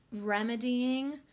remedying